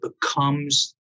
becomes